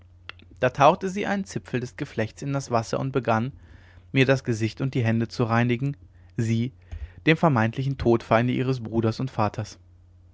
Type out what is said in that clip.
da tauchte sie einen zipfel des geflechtes in das wasser und begann mir das gesicht und die hände zu reinigen sie dem vermeintlichen todfeinde ihres bruders und vaters